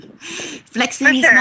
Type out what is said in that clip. Flexing